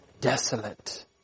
desolate